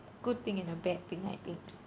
good thing in a bad thing I think